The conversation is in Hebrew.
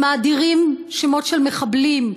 אם מאדירים שמות של מחבלים,